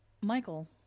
Michael